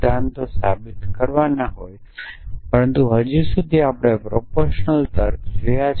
સિદ્ધાંતોને સાબિત કરતા હતા પરંતુ હજી સુધી આપણે પ્રોપોરશનલ તર્ક જોયો છે